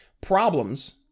problems